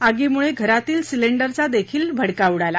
आगीमुळे घरातील सिलेंडरचा देखील भडका उडाला